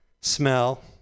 smell